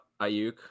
Ayuk